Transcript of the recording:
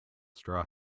straw